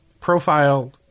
profile